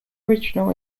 original